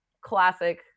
classic